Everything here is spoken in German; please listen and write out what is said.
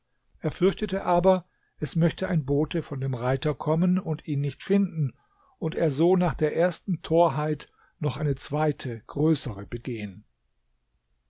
er fürchtete aber es möchte ein bote von dem reiter kommen und ihn nicht finden und er so nach der ersten torheit noch eine zweite größere begehen